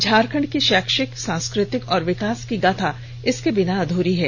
झारखंड की शैक्षिक सांस्कृतिक और यिकास की गाथा इसके बिना अध्री है